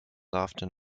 often